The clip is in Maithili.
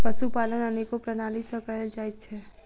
पशुपालन अनेको प्रणाली सॅ कयल जाइत छै